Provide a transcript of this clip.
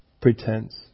pretense